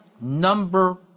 number